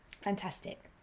Fantastic